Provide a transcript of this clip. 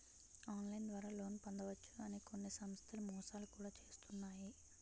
online ద్వారా loan పొందవచ్చు అని కొన్ని సంస్థలు మోసాలు కూడా చేస్తున్నాయి